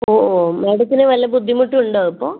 ഓ ഓ മാഡത്തിന് വല്ല ബുദ്ധിമുട്ടും ഉണ്ടോ ഇപ്പോൾ